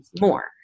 more